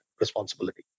responsibility